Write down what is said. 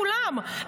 כולם,